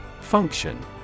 Function